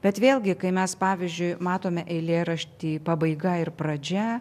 bet vėlgi kai mes pavyzdžiui matome eilėrašty pabaiga ir pradžia